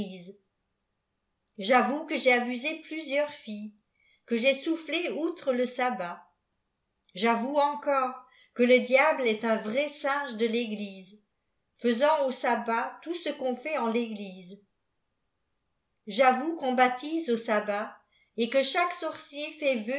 j'avoue que j'ai abusé plusieurs filles que j'ai soufflées oulre le abbat j'avoue encore que lediable et un vrai singe del'égtisfey faisant au sabbat tout ce qu'on fait en l'église j'avotfe qu'oft baptise au sabbat et que chaque sorcier